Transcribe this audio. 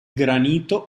granito